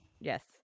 Yes